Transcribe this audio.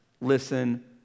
listen